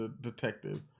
detective